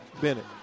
Bennett